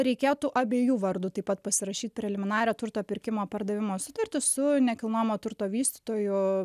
reikėtų abiejų vardu taip pat pasirašyt preliminarią turto pirkimo pardavimo sutartį su nekilnojamo turto vystytoju